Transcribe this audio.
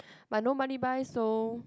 but no money buy so